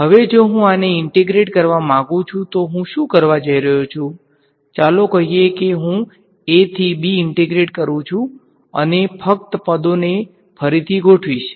હવે જો હું આને ઈંટેગ્રેટ કરવા માંગું છું તો હું શું કરવા જઇ રહ્યો છે ચાલો કહીએ કે હું a થી b ઈંટેગ્રેટ કરું છું અને ફક્ત પદોને ફરીથી ગોઠવીશ